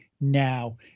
now